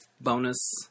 bonus